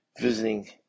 visiting